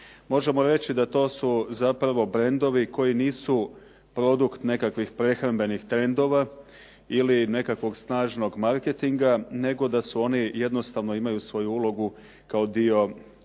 Možemo reći da to su zapravo brendovi koji nisu produkt nekakvih prehrambenih trendova ili nekakvog snažnog marketinga nego da oni jednostavno imaju svoju ulogu kao dio